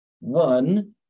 One